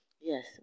Yes